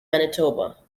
manitoba